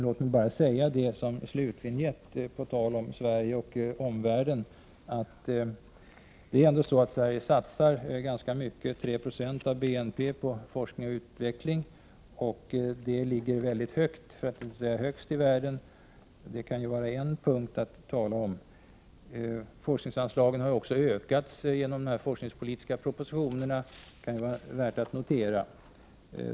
Låt mig emellertid som slutvinjett säga, på tal om Sverige och omvärlden, att Sverige satsar ganska mycket — 3 26 av BNP — på forskning och utveckling. Vi ligger högt, för att inte säga högst i världen. Det kan vara en punkt att tala om. Forskningsanslagen har också ökats i och med de forskningspolitiska propositionerna, vilket kan vara värt att notera.